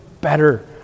better